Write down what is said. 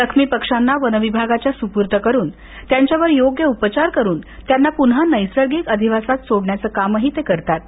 जखमी पक्षांना वनविभागाच्या सुपूर्त करून त्यांच्यावर योग्य उपचार करून त्यांना पून्हा नैसर्गिक अधिवासात सोडण्याचं कामही ते करत असतात